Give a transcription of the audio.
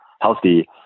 healthy